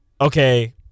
okay